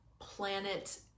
planet